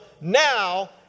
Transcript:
now